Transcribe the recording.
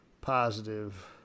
positive